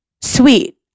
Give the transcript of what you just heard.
Sweet